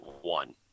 one